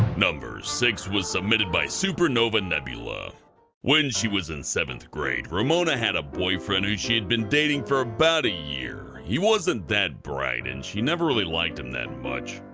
number six was submitted by super nova nebula ramona when she was in seventh grade, ramona had a boyfriend who she had been dating for about a year. he wasn't that bright and she never really liked him that much.